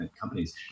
companies